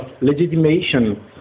legitimation